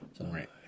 Right